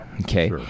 okay